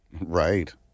Right